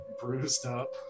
bruised-up